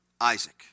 Isaac